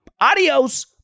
Adios